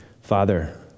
Father